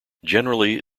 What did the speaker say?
generally